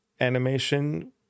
animation